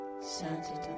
Santa